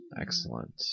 Excellent